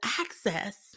access